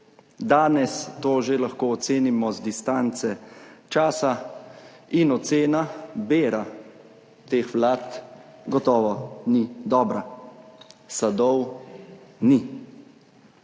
Danes to že lahko ocenimo z distance časa in ocena, bera teh vlad gotovo ni dobra. Sadov ni.